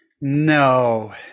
No